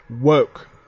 woke